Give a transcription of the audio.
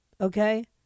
okay